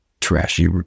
trashy